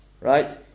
right